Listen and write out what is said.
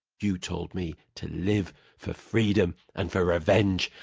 you told me to live for freedom and for revenge.